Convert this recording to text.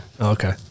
okay